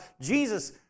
Jesus